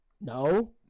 No